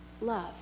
love